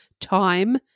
time